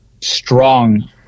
strong